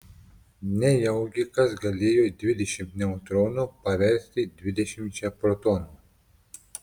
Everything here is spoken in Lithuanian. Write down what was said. nejaugi kas galėjo dvidešimt neutronų paversti dvidešimčia protonų